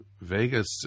vegas